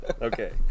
okay